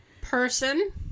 Person